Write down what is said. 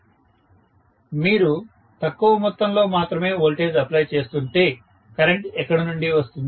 professor మీరు తక్కువ మొత్తంలో మాత్రమే వోల్టేజ్ అప్లై చేస్తుంటే కరెంట్ ఎక్కడ నుండి వస్తుంది